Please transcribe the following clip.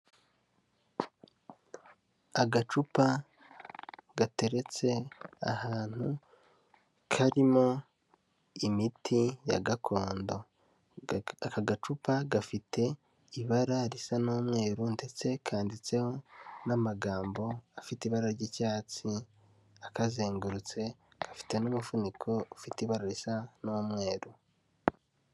Agacupa gateretse ahantu karimo imiti ya gakondo, aka gacupa gafite ibara risa n'umweru, ndetse kanditseho n'amagambo afite ibara ry'icyatsi akazengurutse, gafite n'umufuniko ufite ibara risa n'umweru.